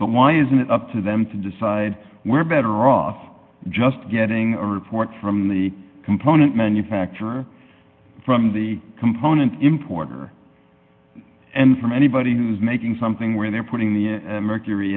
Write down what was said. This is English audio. but why isn't it up to them to decide we're better off just getting a report from the component manufacturer from the component importer and for anybody who's making something where they're putting the mercury